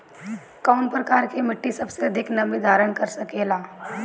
कौन प्रकार की मिट्टी सबसे अधिक नमी धारण कर सकेला?